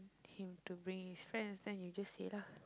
him to bring his friends you just say lah